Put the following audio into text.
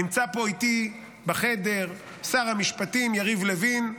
נמצא פה איתי בחדר שר המשפטים יריב לוין,